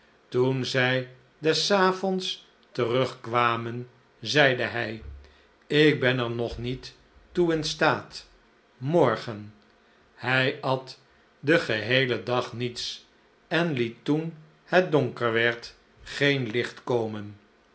toen zij des avonds terugkwamen zeide hij ik ben er nog niet toe in staat morgen hij at den geheelen dag niets en liet toen het donker werd geen licht komen